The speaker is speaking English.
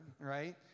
right